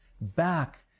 back